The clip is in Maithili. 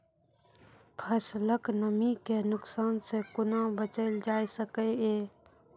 फसलक नमी के नुकसान सॅ कुना बचैल जाय सकै ये?